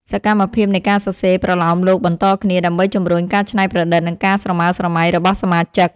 សកម្មភាពនៃការសរសេរប្រលោមលោកបន្តគ្នា ដើម្បីជម្រុញការច្នៃប្រឌិត និងការស្រមើស្រមៃរបស់សមាជិក។